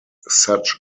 such